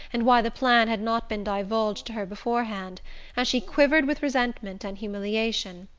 and why the plan had not been divulged to her before-hand and she quivered with resentment and humiliation.